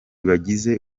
bagize